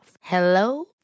Hello